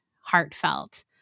heartfelt